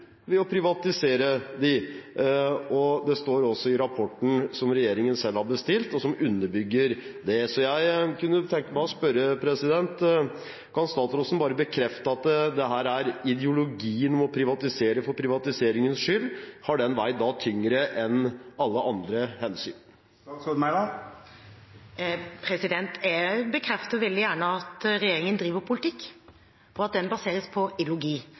å privatisere tjenestene. Det står også i rapporten som regjeringen selv har bestilt, og som underbygger det. Så jeg kunne tenke meg å spørre: Kan statsråden bare bekrefte at ideologien om å privatisere for privatiseringens skyld har veid tyngre enn alle andre hensyn? Jeg bekrefter veldig gjerne at regjeringen driver politikk, og at den baseres på